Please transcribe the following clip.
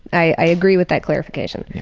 i agree with that clarification.